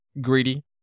greedy